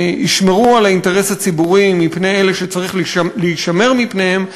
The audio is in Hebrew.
שישמרו על האינטרס הציבורי מפני אלה שצריך להישמר מפניהם,